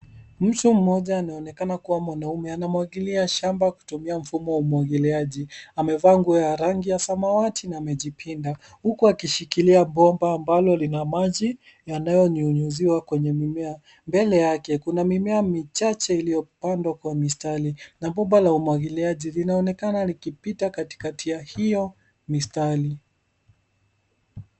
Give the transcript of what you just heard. Mtu mmoja anaonekana kuwa mwanaume. Anamwangilia shamba kutumia mfumo wa umwangiliaji. Amevaa nguo ya rangi ya samawati na amejipinda huku akishikilia bomba ambalo lina maji yanayonyunyiziwa kwenye mimea. Mbele yake kuna mimea michache iliyopandwa kwa mistari na bomba la umwangiliaji linaonekana likipita katikati ya hiyo mistari.